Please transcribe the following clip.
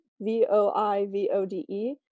v-o-i-v-o-d-e